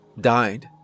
died